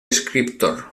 escriptor